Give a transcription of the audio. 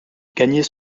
gagner